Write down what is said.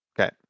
okay